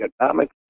economic